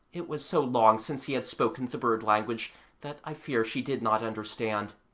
it was so long since he had spoken the bird language that i fear she did not understand.